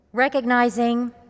Recognizing